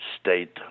state